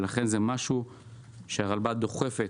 לכן, זה משהו שהרלב"ד דוחף את